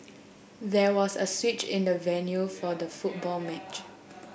there was a switch in the venue for the football match